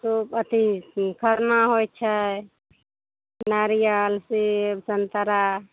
ओ अथी खरना होइ छै नारियल सेब संतरा